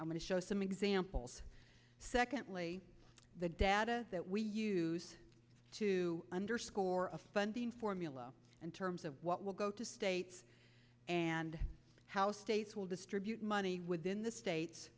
i'm going to show some examples secondly the data that we used to underscore a funding formula and terms of what will go to states and how states will distribute money within the states